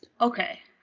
Okay